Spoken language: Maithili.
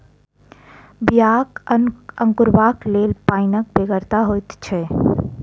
बियाक अंकुरयबाक लेल पाइनक बेगरता होइत छै